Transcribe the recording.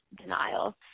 denial